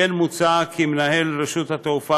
כמו כן מוצע כי מנהל רשות התעופה